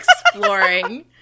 exploring